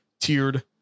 tiered